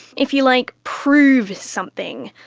if you like, prove something,